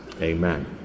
amen